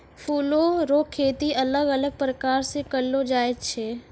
फूलो रो खेती अलग अलग प्रकार से करलो जाय छै